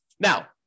Now